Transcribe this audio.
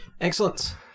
Excellent